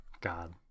God